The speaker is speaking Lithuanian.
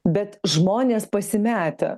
bet žmonės pasimetę